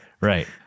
Right